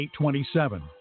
8.27